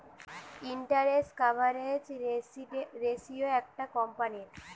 interest coverage ratio একটা কোম্পানীর